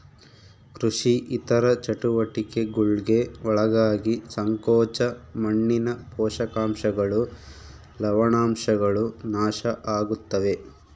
ಕೃಷಿ ಇತರ ಚಟುವಟಿಕೆಗುಳ್ಗೆ ಒಳಗಾಗಿ ಸಂಕೋಚ ಮಣ್ಣಿನ ಪೋಷಕಾಂಶಗಳು ಲವಣಾಂಶಗಳು ನಾಶ ಆಗುತ್ತವೆ